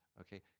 okay